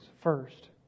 First